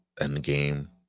Endgame